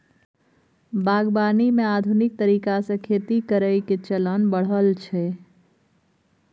बागवानी मे आधुनिक तरीका से खेती करइ के चलन बढ़ल छइ